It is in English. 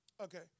Okay